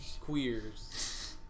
queers